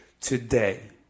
today